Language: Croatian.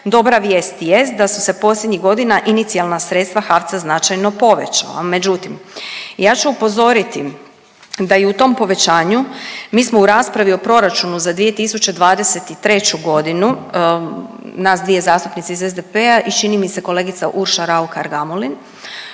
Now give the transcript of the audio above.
dobra vijest jest da su se posljednjih godina inicijalna sredstva HAVC-a značajno povećala. Međutim, ja ću upozoriti da i u tom povećanju mi smo u raspravi o proračunu za 2023.g. nas dvije zastupnice iz SDP-a i čini mi se kolegica Urša Raukar Gamulin